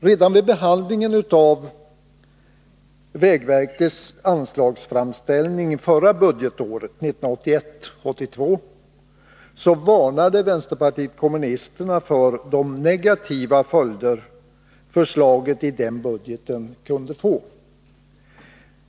Redan vid behandlingen av vägverkets anslagsframställning förra budgetåret, 1981/82, varnade vänsterpartiet kommunisterna för de negativa följder förslaget i den budgeten kunde få.